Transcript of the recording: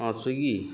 ହଁ ସ୍ଵିଗି